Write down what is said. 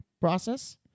process